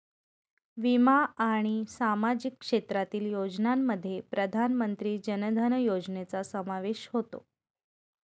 विमा आणि सामाजिक क्षेत्रातील योजनांमध्ये प्रधानमंत्री जन धन योजनेचा समावेश होतो